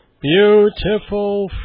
beautiful